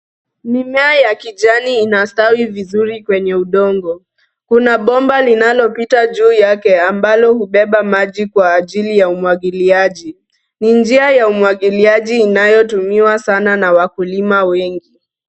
Mimea ya kijani inastawi vizuri kwenye udongo. Kuna bomba linalopita juu yake ambalo hubeba maji kwa ajili ya umwagiliaji. Ni njia ya umwagiliaji unayotumiwa sana na wakulima wengi.